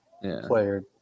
player